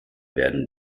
werden